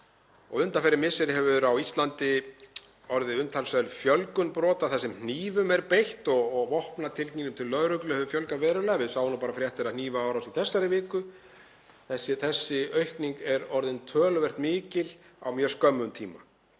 Undanfarin misseri hefur á Íslandi orðið umtalsverð fjölgun brota þar sem hnífum er beitt og vopnatilkynningum til lögreglu hefur fjölgað verulega. Við sáum nú bara fréttir af hnífaárás í þessari viku. Þessi aukning er orðin töluvert mikil á mjög skömmum tíma